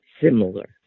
similar